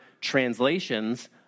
translations